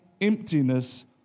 emptiness